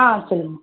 ஆ சொல்லுங்கள்